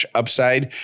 upside